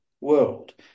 world